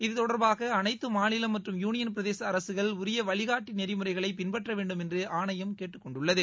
இது தொடர்பாக அனைத்து மாநிலம் மற்றும் யூனியன் பிரதேச அரசுகள் உரிய வழிகாட்டி நெறிமுறைகளை பின்பற்ற வேண்டும் என்று ஆணையம் கேட்டுக்கொண்டுள்ளது